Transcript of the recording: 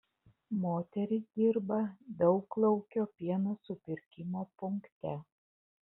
moteris dirba dauglaukio pieno supirkimo punkte